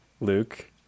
Luke